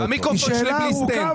היא שאלה ארוכה,